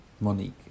Monique